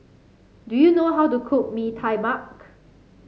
do you know how to cook Mee Tai Mak